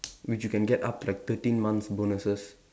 which you can get up to like thirteen months' bonuses